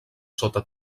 sota